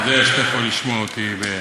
אתה יודע שאתה יכול לשמוע אותי.